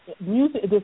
music